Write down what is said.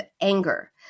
anger